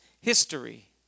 history